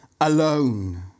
alone